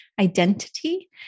identity